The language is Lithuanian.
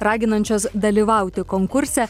raginančios dalyvauti konkurse